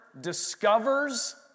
discovers